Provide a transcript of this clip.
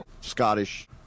Scottish